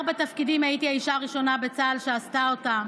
ארבעה תפקידים הייתי האישה הראשונה בצה"ל שעשתה אותם.